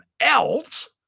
else